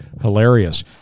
hilarious